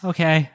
Okay